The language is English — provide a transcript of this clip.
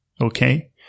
Okay